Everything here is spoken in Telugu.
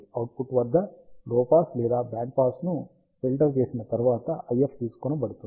అవుట్పుట్ వద్ద లో పాస్ లేదా బ్యాండ్ పాస్ ను ఫిల్టర్ చేసిన తరువాత IF తీసుకోబడుతుంది